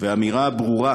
ואת האמירה הברורה